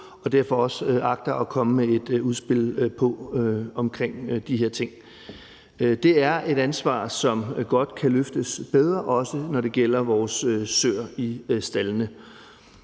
jeg derfor også agter at komme med et udspil på i forhold til de her ting. Det er et ansvar, som godt kan løftes bedre, også når det gælder vores søer i staldene.